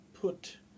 put